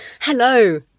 Hello